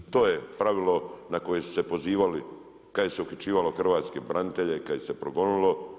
To je pravilo na koje su se pozivali kad se uhićivalo hrvatske branitelje, kad ih se progonilo.